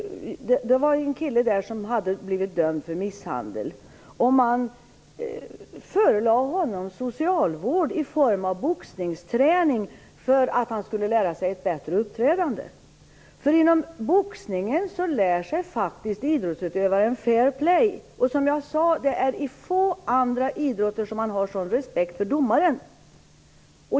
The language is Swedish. Det var en kille som hade blivit dömd för misshandel, och man förelade honom socialvård i form av boxningsträning för att han skulle lära sig ett bättre uppträdande. Inom boxningen lär sig faktiskt idrottsutövaren fair play. Det finns, som jag sade tidigare, få andra idrotter där man har sådan respekt för domaren.